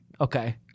Okay